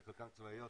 כי חלקן צבאיות,